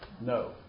no